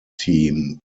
team